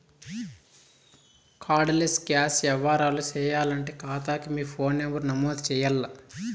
card less cash యవ్వారాలు సేయాలంటే కాతాకి మీ ఫోను నంబరు నమోదు చెయ్యాల్ల